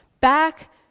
back